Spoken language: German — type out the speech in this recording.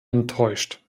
enttäuscht